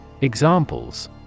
Examples